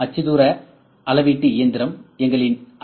அச்சுத்தூர அளவீட்டு இயந்திரம் எங்களின் ஐ